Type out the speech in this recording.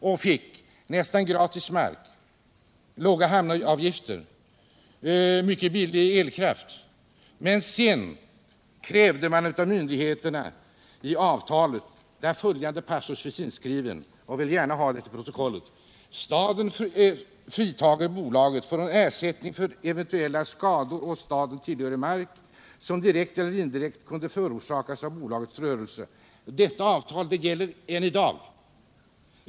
Man fick nästan gratis mark, låga hamnavgifter och mycket billig elkraft. Men sedan krävde man av myndigheterna att följande passus skulle skrivas in i avtalet — och jag vill gärna ha den till protokollet: ”Staden fritager bolaget från ersättning för eventuella skador å staden tillhörig mark, som direkt eller indirekt kunna förorsakas av bolagets rörelse.” Detta avtal gäller än i dag.